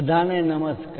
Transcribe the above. બધા ને નમસ્કાર